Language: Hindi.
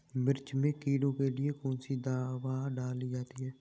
मिर्च में कीड़ों के लिए कौनसी दावा डाली जाती है?